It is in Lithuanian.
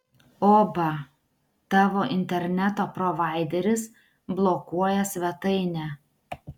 oba tavo interneto provaideris blokuoja svetainę